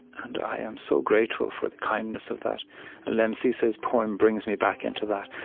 and i am so grateful for the kindness of that. and lemn sissay's poem brings me back into that,